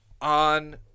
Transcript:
On